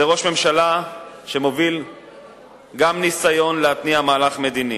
זה ראש ממשלה שמוביל גם ניסיון להתניע מהלך מדיני